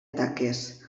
taques